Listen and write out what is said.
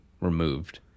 removed